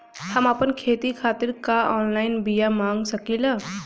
हम आपन खेती खातिर का ऑनलाइन बिया मँगा सकिला?